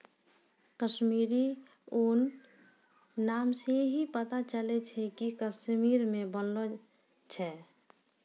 कश्मीरी ऊन नाम से ही पता चलै छै कि कश्मीर मे बनलो छै